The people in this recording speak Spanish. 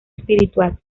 espiritual